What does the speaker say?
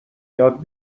یاد